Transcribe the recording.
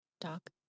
Doc